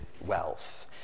wealth